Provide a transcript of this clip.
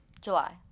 July